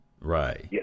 Right